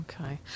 Okay